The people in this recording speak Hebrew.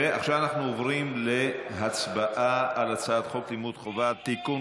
עכשיו אנחנו עוברים להצבעה על הצעת חוק לימוד חובה (תיקון,